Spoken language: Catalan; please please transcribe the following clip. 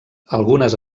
algunes